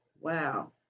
Wow